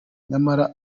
nyamara